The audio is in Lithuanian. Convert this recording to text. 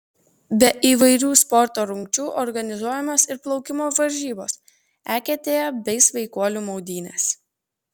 be įvairių sporto rungčių organizuojamos ir plaukimo varžybos eketėje bei sveikuolių maudynės